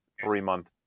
three-month